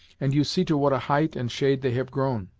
and you see to what a height and shade they have grown!